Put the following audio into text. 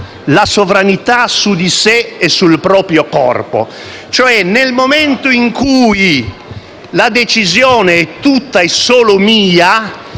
La sovranità su di sé e sul proprio corpo,